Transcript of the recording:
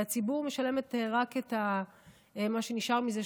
והציבור משלמת רק את מה שנשאר מזה,